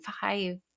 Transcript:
five